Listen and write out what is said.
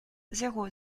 zéro